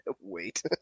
wait